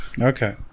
okay